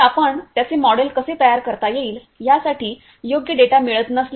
तर आपण त्याचे मॉडेल कसे तयार करता येईल यासाठी योग्य डेटा मिळत नसल्यास